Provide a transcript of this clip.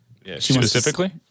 Specifically